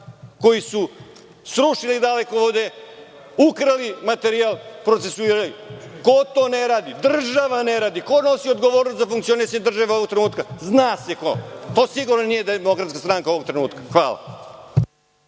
koji su srušili dalekovode, ukrali materijal, procesuiraju. Ko to ne radi? Država ne radi. Ko nosi odgovornost za funkcionisanje države ovog trenutka? Zna se ko. To sigurno nije DS ovoga trenutka. Hvala.